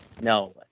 No